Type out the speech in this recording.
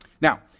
Now